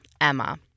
Emma